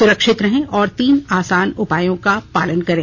सुरक्षित रहें और तीन आसान उपायों का पालन करें